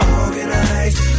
organized